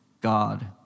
God